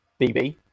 BB